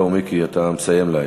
זהו, מיקי, אתה מסיים להיום.